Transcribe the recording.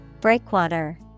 Breakwater